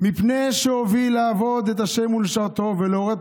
מפני שהוביל לעבוד את השם ולשרתו ולהורות